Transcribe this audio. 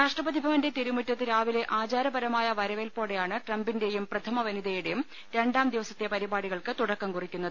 രാഷ്ട്രപതിഭവന്റെ തിരുമുറ്റത്ത് രാവിലെ ആചാരപരമായ വരവേല്പോടെയാണ് ട്രംപിന്റെയും പ്രഥമ വനിതയുടെയും രണ്ടാം ദിവസത്തെ പരിപാടികൾക്ക് തുടക്കം കുറിക്കുന്നത്